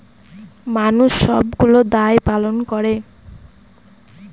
মানুষ সবগুলো দায় পালন করে